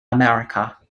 america